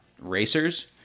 racers